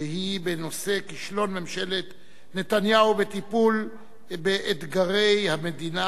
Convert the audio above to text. שהיא בנושא: כישלון ממשלת נתניהו בטיפול באתגרי המדינה,